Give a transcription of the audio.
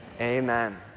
Amen